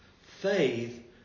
Faith